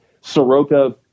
Soroka